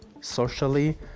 socially